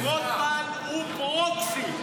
רוטמן, הוא מחפש --- רוטמן הוא פרוקסי.